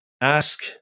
Ask